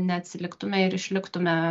neatsiliktume ir išliktume